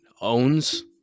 owns